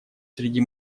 среди